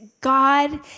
God